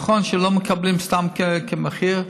נכון שלא מקבלים סתם מחיר.